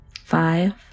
five